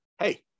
hey